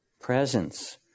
Presence